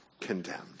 condemned